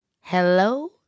Hello